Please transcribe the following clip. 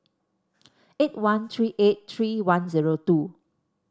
eight one three eight three one zero two